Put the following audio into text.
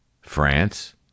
France